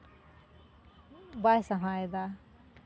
ᱵᱟᱭ ᱥᱟᱶᱟᱭ ᱫᱟ